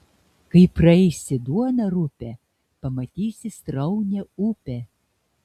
kai praeisi duoną rupią pamatysi sraunią upę